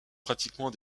pratiquement